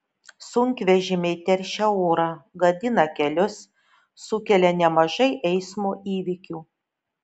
sunkvežimiai teršia orą gadina kelius sukelia nemažai eismo įvykių